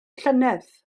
llynedd